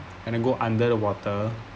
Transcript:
and it go under the water